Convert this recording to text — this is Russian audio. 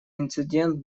инцидент